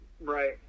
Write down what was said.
right